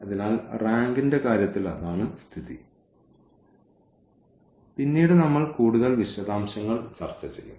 അതിനാൽ റാങ്കിന്റെ കാര്യത്തിൽ അതാണ് സ്ഥിതി പിന്നീട് നമ്മൾ കൂടുതൽ വിശദാംശങ്ങൾ ചർച്ച ചെയ്യും